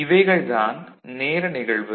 இவைகள் தான் நேர நிகழ்வுகள்